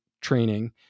training